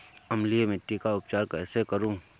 अम्लीय मिट्टी का उपचार कैसे करूँ?